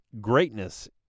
greatness